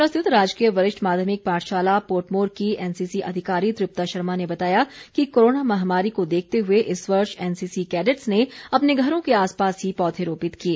शिमला स्थित राजकीय वरिष्ठ माध्यमिक पाठशाला पोर्टमोर की एनसीसी अधिकारी तृप्ता शर्मा ने बताया कि कोरोना महामारी को देखते हुए इस वर्ष एनसीसी कैडेटस ने अपने घरों के आसपास ही पौधे रोपित किए